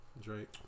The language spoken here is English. Drake